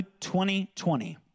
2020